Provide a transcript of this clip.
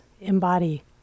embody